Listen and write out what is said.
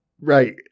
Right